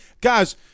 Guys